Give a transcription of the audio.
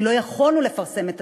כי לא יכולנו לפרסם את